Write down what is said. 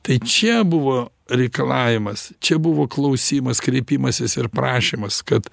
tai čia buvo reikalavimas čia buvo klausimas kreipimasis ir prašymas kad